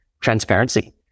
transparency